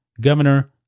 Governor